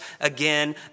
again